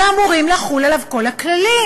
ואמורים לחול עליו כל הכללים.